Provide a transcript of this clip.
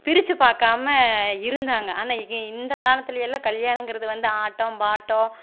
பிரித்து பார்க்காம இருந்தாங்க ஆனால் இந்த காலத்திலயெல்லாம் கல்யாணங்கறது வந்து ஆட்டம் பாட்டம்